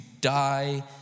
die